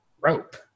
Rope